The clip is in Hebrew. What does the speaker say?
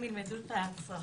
הם ילמדו את הצרכים.